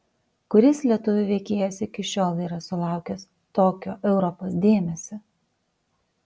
kuris lietuvių veikėjas iki šiol yra sulaukęs tokio europos dėmesio